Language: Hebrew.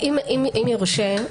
אם יורשה,